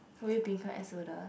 will you become air stewardess